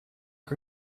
как